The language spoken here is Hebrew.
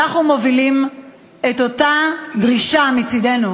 אנחנו מובילים את אותה דרישה מצדנו